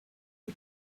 for